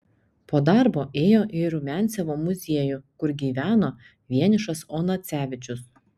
po darbo ėjo į rumiancevo muziejų kur gyveno vienišas onacevičius